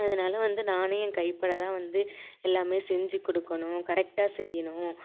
அதனால் வந்து நானே என் கைப்படதான் வந்து எல்லாமே செஞ்சு கொடுக்கணும் கரெக்ட்டாக செய்யணும்